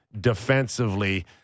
defensively